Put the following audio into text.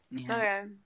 Okay